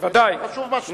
זה חשוב מה שאתה אומר.